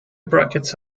brackets